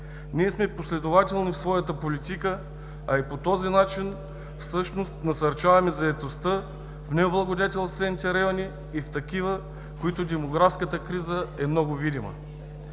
Ние сме последователни в своята политика, а и по този начин всъщност насърчаваме заетостта в необлагодетелстваните райони и в такива, в които демографската криза е много видима.